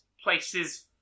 places